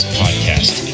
podcast